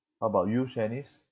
how about you shanice